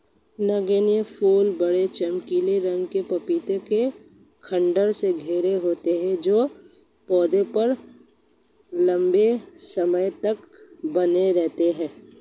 नगण्य फूल बड़े, चमकीले रंग के पपीते के खण्डों से घिरे होते हैं जो पौधे पर लंबे समय तक बने रहते हैं